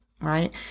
Right